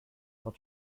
well